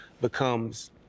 becomes